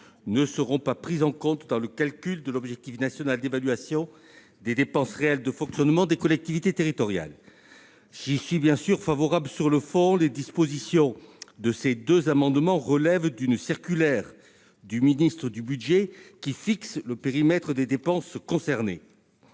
ne seront pas prises en compte dans le calcul de l'objectif national d'évolution des dépenses réelles de fonctionnement des collectivités territoriales. Si je suis favorable sur le fond aux dispositions que tendent à prévoir ces amendements, elles relèvent d'une circulaire du ministre du budget, qui fixe le périmètre des dépenses concernées.